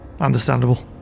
understandable